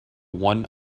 one